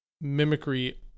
mimicry